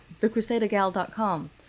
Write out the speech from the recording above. thecrusadergal.com